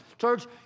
Church